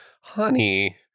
honey